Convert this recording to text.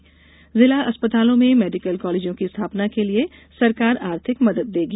जिला अस्पतालों में मेडिकल कॉलेजों की स्थापना के लिये सरकार आर्थिक मदद देगी